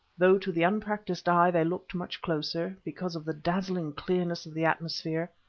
though to the unpractised eye they looked much closer, because of the dazzling clearness of the atmosphere,